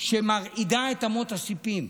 שמרעידה את אמות הסיפים.